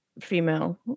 female